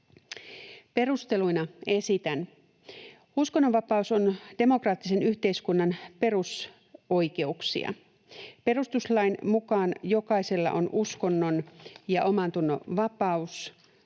Perusteluina esitän: Uskonnonvapaus on demokraattisen yhteiskunnan perusoikeuksia. Perustuslain mukaan jokaisella on uskonnon‑ ja omantunnonvapaus.